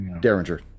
Derringer